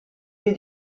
più